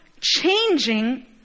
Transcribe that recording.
changing